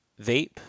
Vape